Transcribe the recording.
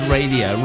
Radio